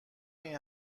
این